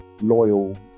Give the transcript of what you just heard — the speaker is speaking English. loyal